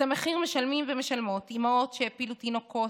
את המחיר משלמים ומשלמות אימהות שהפילו תינוקות,